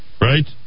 Right